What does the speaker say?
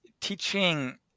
teaching